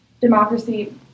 democracy